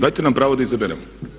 Dajte nam pravo da izaberemo.